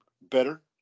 better